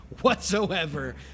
whatsoever